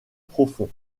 profond